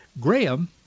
Graham